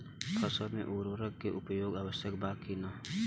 फसल में उर्वरक के उपयोग आवश्यक बा कि न?